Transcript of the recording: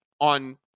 on